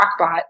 Rockbot